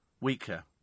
Weaker